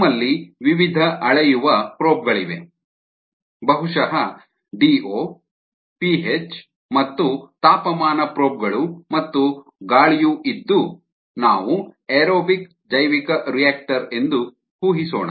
ನಮ್ಮಲ್ಲಿ ವಿವಿಧ ಅಳೆಯುವ ಪ್ರೋಬ್ ಗಳಿವೆ ಬಹುಶಃ ಡಿಒ ಪಿಹೆಚ್ ಮತ್ತು ತಾಪಮಾನ ಪ್ರೋಬ್ ಗಳು ಮತ್ತು ಗಾಳಿಯು ಇದ್ದು ನಾವು ಏರೋಬಿಕ್ ಜೈವಿಕರಿಯಾಕ್ಟರ್ ಎಂದು ಊಹಿಸೋಣ